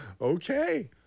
Okay